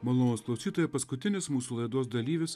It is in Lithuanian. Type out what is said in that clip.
malonūs klausytojai paskutinis mūsų laidos dalyvis